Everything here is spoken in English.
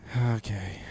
Okay